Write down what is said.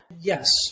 Yes